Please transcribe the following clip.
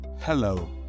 Hello